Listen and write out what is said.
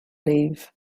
leave